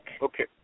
Okay